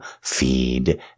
feed